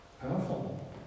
Powerful